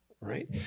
right